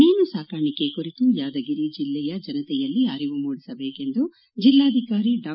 ಮೀನು ಸಾಕಾಣಿಕೆ ಕುರಿತು ಯಾದಗಿರಿ ಜೆಲ್ಲೆಯ ಜನತೆಯಲ್ಲಿ ಅರಿವು ಮೂಡಿಸಬೇಕೆಂದು ಜೆಲ್ಲಾಧಿಕಾರಿ ಡಾ